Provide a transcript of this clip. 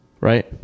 Right